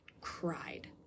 cried